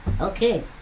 Okay